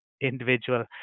individual